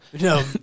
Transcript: No